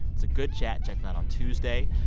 it's a good chat. check it out on tuesday.